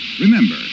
Remember